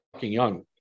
young